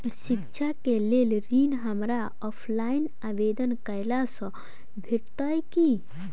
शिक्षा केँ लेल ऋण, हमरा ऑफलाइन आवेदन कैला सँ भेटतय की?